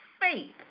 faith